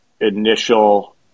initial